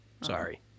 Sorry